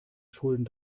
schulden